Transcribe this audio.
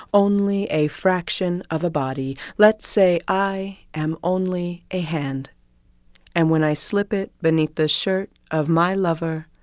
only a fraction of a body, let's say i am only a hand and when i slip it beneath the shirt of my lover,